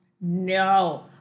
No